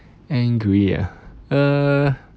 angry ah err